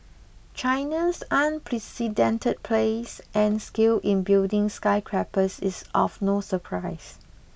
China's unprecedented place and scale in building skyscrapers is of no surprise